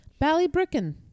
Ballybricken